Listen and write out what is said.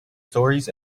stories